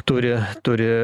turi turi